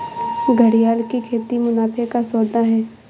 घड़ियाल की खेती मुनाफे का सौदा है